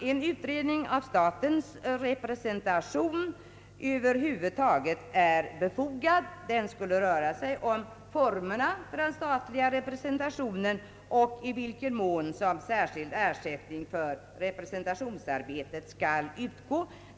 En utredning av statens representation över huvud är alltså befogad, herr talman. Den skulle röra sig om formerna för den statliga representationen och i vilken mån särskild ersättning för representationsarbetet skall utges.